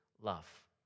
love